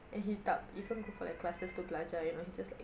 and he tak even go for like classes to belajar you know he just like